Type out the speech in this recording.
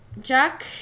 Jack